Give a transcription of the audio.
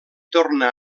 torna